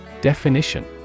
Definition